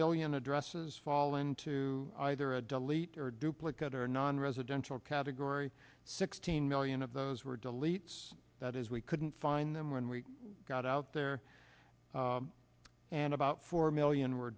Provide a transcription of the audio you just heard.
million addresses fall into either a delete or duplicate or nonresidential category sixteen million of those were deletes that is we couldn't find them when we got out there and about four million were